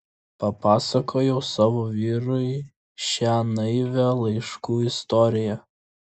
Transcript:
papasakojau savo vyrui šią naivią laiškų istoriją